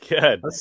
good